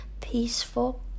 peaceful